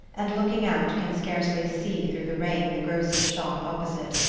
and, looking out, can scarcely see through the rain the grocer's shop opposite,